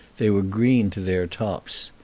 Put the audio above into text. they were green to their tops.